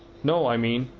no, i mean.